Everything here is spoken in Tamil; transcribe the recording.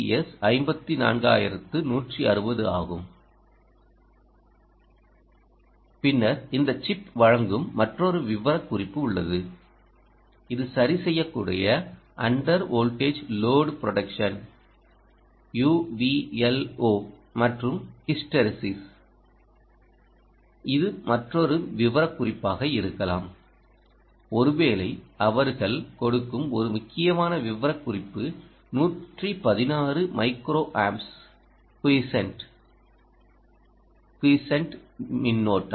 எஸ் 54160 ஆகும் பின்னர் இந்த சிப் வழங்கும் மற்றொரு விவரக்குறிப்பு உள்ளது இது சரிசெய்யக்கூடிய அண்டர் வோல்டேஜ் லோடு ப்ரொடக்ஷன் மற்றும் ஹிஸ்டெரெசிஸ் இது மற்றொரு விவரக்குறிப்பாக இருக்கலாம் ஒருவேளை அவர்கள் கொடுக்கும் ஒரு முக்கியமான விவரக்குறிப்பு 116 micro amps quiescent q u i e s c e n t quiescent மின்னோட்டம்